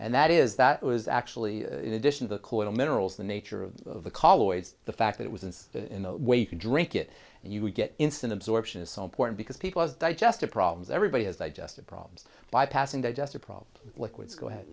and that is that was actually in addition to cool minerals the nature of the fact that it was in the way you could drink it and you would get instant absorption is so important because people as digestive problems everybody has they just had problems bypassing digestive problems liquids go ahead